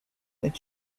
with